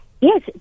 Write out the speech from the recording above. Yes